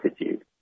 attitude